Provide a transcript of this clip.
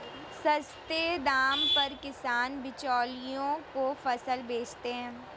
सस्ते दाम पर किसान बिचौलियों को फसल बेचता है